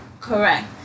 Correct